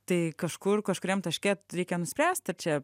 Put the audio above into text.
tai kažkur kažkuriam taške reikia nuspręst ar čia